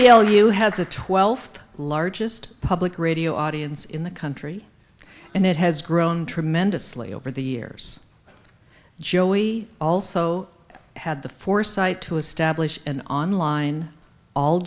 know you has the twelfth largest public radio audience in the country and it has grown tremendously over the years joey also had the foresight to establish an online all